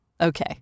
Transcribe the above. Okay